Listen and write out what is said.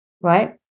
right